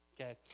Okay